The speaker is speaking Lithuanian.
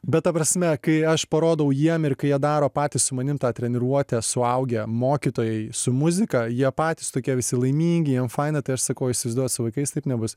bet ta prasme kai aš parodau jiem ir kai jie daro patys su manim tą treniruotę suaugę mokytojai su muzika jie patys tokie visi laimingi jiem faina tai aš sakau o jūs įsivaizduojat su vaikais taip nebus